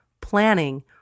planning